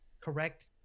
correct